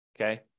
okay